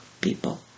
people